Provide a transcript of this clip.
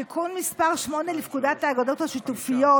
תיקון מס' 8 לפקודת האגודות השיתופיות,